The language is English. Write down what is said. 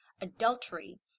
adultery